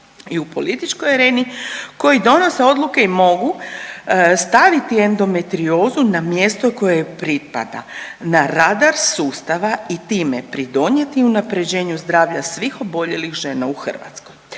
i u političkoj areni koji donose odluke i mogu staviti endometriozu na mjesto koje joj pripada, na radar sustava i time pridonijeti unaprjeđenju zdravlja svih oboljelih žena u Hrvatskoj.